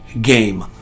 game